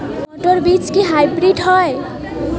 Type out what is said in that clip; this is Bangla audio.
মটর বীজ কি হাইব্রিড হয়?